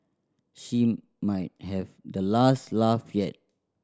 she might have the last laugh yet